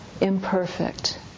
imperfect